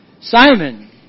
Simon